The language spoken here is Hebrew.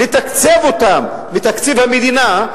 לתקצב אותם בתקציב המדינה,